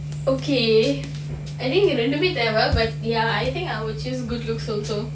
okay I mean எனக்கு ரென்டுமே தேவ:enakku rendumae teva but ya I think I will choose good looks also